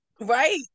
right